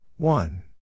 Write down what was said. One